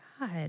God